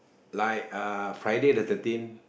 like uh Friday the thirteenth